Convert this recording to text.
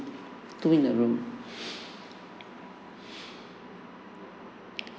two in a room